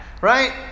right